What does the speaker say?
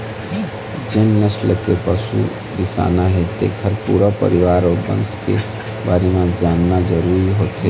जेन नसल के पशु बिसाना हे तेखर पूरा परिवार अउ बंस के बारे म जानना जरूरी होथे